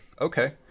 Okay